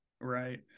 Right